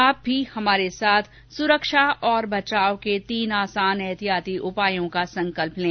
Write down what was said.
आप भी हमारे साथ सुरक्षा और बचाव के तीन आसान एहतियाती उपायों का संकल्प लें